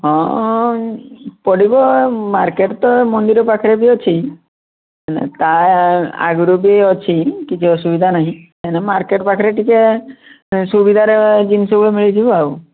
ହଁ ପଡ଼ିବ ମାର୍କେଟ୍ ତ ମନ୍ଦିର ପାଖରେ ବି ଅଛି କାର୍ ଆଗରୁ ବି ଅଛି କିଛି ଅସୁବିଧା ନାହିଁ ଏଇନେ ମାର୍କେଟ୍ ପାଖରେ ଚିକେ ସୁବିଧାରେ ଜିନିଷଗୁଡ଼ିକ ଯିବା ଆଉ